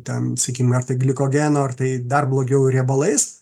ten sakykim ar tai glikogeno ar tai dar blogiau riebalais